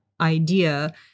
idea